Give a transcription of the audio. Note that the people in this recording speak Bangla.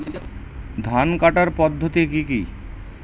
ধান কাটার পদ্ধতি কি কি?